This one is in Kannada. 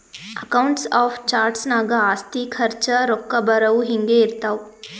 ಅಕೌಂಟ್ಸ್ ಆಫ್ ಚಾರ್ಟ್ಸ್ ನಾಗ್ ಆಸ್ತಿ, ಖರ್ಚ, ರೊಕ್ಕಾ ಬರವು, ಹಿಂಗೆ ಇರ್ತಾವ್